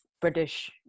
British